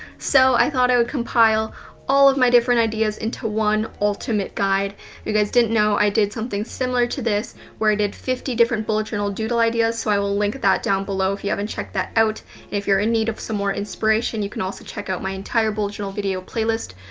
so, i thought i would compile all of my different ideas into one ultimate guide. if you guys didn't know, i did something similar to this, where i did fifty different bullet journal doodle ideas, so i will link that down below, if you haven't checked that out. and if you're in need of some more inspiration, you can also check out my entire bullet journal video playlist,